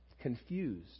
confused